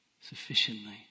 sufficiently